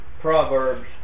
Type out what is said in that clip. Proverbs